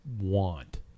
Want